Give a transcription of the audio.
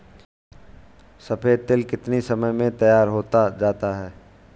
सफेद तिल कितनी समय में तैयार होता जाता है?